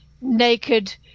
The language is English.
naked